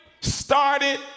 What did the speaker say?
started